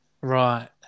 Right